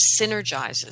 synergizes